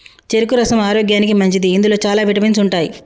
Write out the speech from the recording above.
చెరుకు రసం ఆరోగ్యానికి మంచిది ఇందులో చాల విటమిన్స్ ఉంటాయి